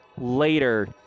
later